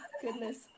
goodness